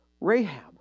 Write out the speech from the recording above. Rahab